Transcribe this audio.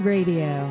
Radio